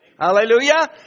Hallelujah